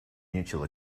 mutual